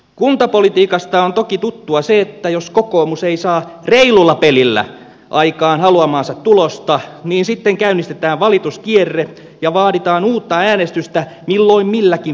kuntapolitiikasta on toki tuttua se että jos kokoomus ei saa reilulla pelillä aikaan haluamaansa tulosta niin sitten käynnistetään valituskierre ja vaaditaan uutta äänestystä milloin milläkin verukkeella